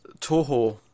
Toho